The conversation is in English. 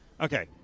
okay